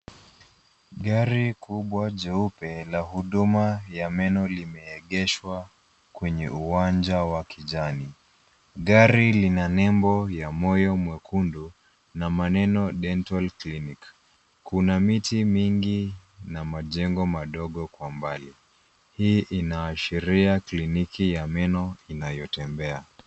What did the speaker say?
Gari kubwa jeupe la huduma ya meno, limeegeshwa kwenye uwanja wa kijani. Gari lina nebo ya moyo mwekendu na maneno ,Dental Clinic. Kuna miti mingi na majengo madogo kwa mbali. Hii innashiria kliniki ya meno inayotembea.